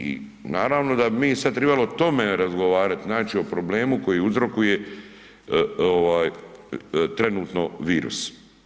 I naravno da bi mi sad tribali o tome razgovarati, znači o problemu koji uzrokuje ovaj trenutno virus.